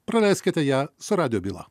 praleiskite ją su radijo byla